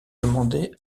demandé